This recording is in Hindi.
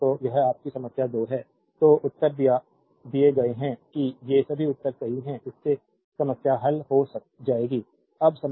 तो यह आपकी समस्या 2 है तो उत्तर दिए गए हैं कि ये सभी उत्तर सही हैं इससे समस्या हल हो जाएगी अब समस्या 3